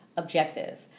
objective